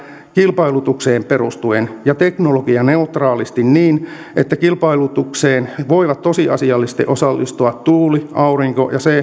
kilpailutukseen perustuen ja teknologianeutraalisti niin että kilpailutukseen voivat tosiasiallisesti osallistua tuuli aurinko ja